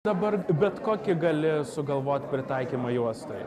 dabar bet kokį gali sugalvot pritaikymą juostai